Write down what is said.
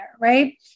right